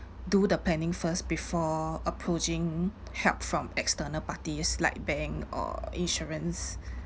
do the planning first before approaching help from external parties like bank or insurance